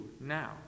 now